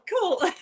cool